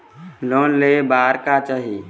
Loan ले बार का चाही?